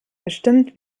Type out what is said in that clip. bestimmt